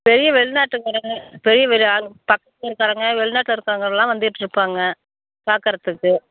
பெரிய வெளிநாட்டுக்காரங்க பெரிய பெரிய ஆளுங் பக்கத் ஊர்க்காரங்க வெளிநாட்டில் இருக்கறவங்க எல்லாம் வந்துட்ருப்பாங்க பார்க்கறதுக்கு